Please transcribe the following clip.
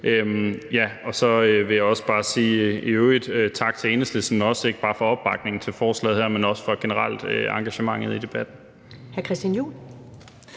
tak til Enhedslisten, ikke bare for opbakningen til forslaget her, men også for engagementet i debatten